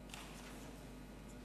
הצעה